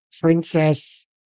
Princess